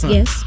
Yes